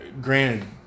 granted